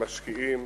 משקיעים